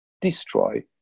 destroy